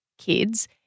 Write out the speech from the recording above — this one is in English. kids